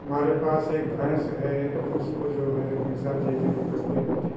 हमारे पास एक भैंस हैं उसको जो है हमेशा देख रेख करते रहते हैं